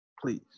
Please